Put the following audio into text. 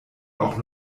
auch